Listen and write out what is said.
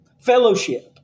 Fellowship